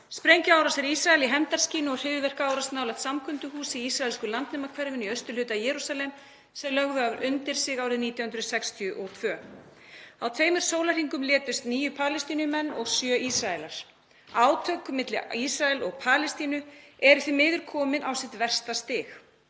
sprengjuárásir Ísraels í hefndarskyni og hryðjuverkaárás nálægt samkunduhúsi í ísraelska landnemahverfinu í austurhluta Jerúsalem sem þeir lögðu undir sig árið 1962. Á tveimur sólarhringum létust níu Palestínumenn og sjö Ísraelar. Átök milli Ísraels og Palestínu eru því miður komin á sitt versta stig.